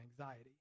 anxiety